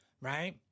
right